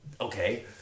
Okay